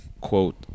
quote